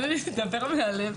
אבל אני אדבר מהלב.